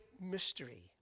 mystery